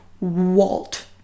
Walt